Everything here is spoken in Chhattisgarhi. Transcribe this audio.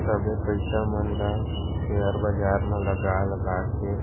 सबे पइसा मन ल सेयर बजार म लगा लगा के